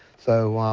so,